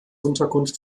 unterkunft